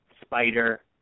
Spider